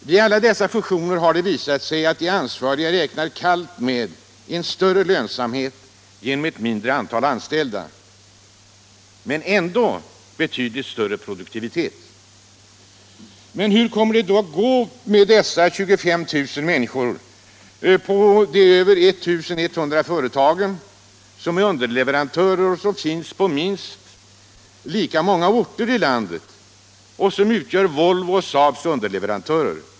Vid alla fusioner har det visat sig att de ansvariga kallt räknar med större produktivitet och större lönsamhet genom ett mindre antal anställda. Men hur kommer det då att gå med dessa 25 000 människor i de över 1 100 företagen som är underleverantörer och som finns på minst lika många orter i landet och som utgör Volvo-Saabs underleverantörer?